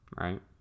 Right